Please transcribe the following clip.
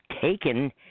taken